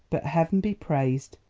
but heaven be praised!